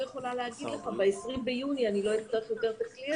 אני לא יכולה להגיד לך שב-20 ביוני אני כבר לא אצטרך יותר את הכלי הזה.